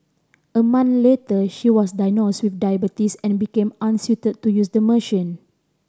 a month later she was diagnosed with diabetes and became unsuited to use the machine